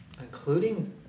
including